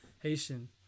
Haitian